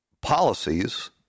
Policies